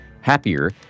happier